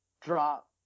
drop